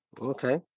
okay